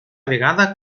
vegada